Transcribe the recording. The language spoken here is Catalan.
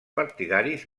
partidaris